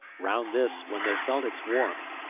round this, when they felt its warmth,